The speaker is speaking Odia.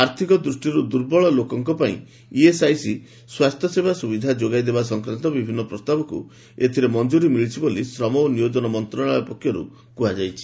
ଆର୍ଥକ ଦୃଷ୍ଟିରୁ ଦୁର୍ବଳ ଲୋକଙ୍କ ପାଇଁ ଇଏସ୍ଆଇସି ସ୍ୱାସ୍ଥ୍ୟସେବା ସୁବିଧା ଯୋଗାଇ ଦେବା ସଂକ୍ରାନ୍ତ ବିଭିନ୍ନ ପ୍ରସ୍ତାବକୁ ମଞ୍ଜୁରି ମିଳିଛି ବୋଲି ଶ୍ରମ ଓ ନିୟୋଜନ ମନ୍ତ୍ରଣାଳୟ ପକ୍ଷରୁ କୁହାଯାଇଛି